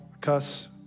cuss